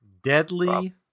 Deadly